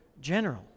general